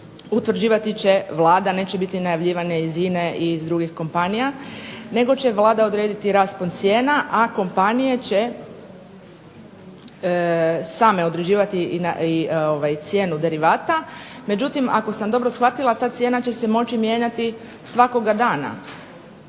utvrđivati će Vlada, neće biti najavljivane iz INA-e i iz drugih kompanija, nego će Vlada odrediti raspon cijena, a kompanije će same određivati i cijenu derivata, međutim, ako sam dobro shvatila ta cijena će se moći mijenjati svakoga dana,